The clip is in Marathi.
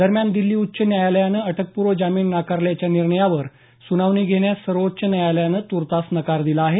दरम्यान दिल्ली उच्च न्यायालयानं अटकपूर्व जामीन नाकारल्याच्या निर्णयावर सुनावणी घेण्यास सर्वोच्च न्यायालयानं तुर्तास नकार दिला आहे